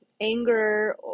anger